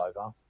over